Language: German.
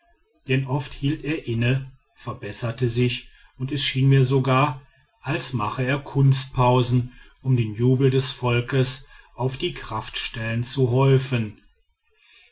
denn oft hielt er inne verbesserte sich und es schien mir sogar als mache er kunstpausen um den jubel des volkes auf die kraftstellen zu häufen